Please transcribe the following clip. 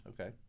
Okay